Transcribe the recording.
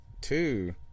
two